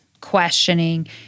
questioning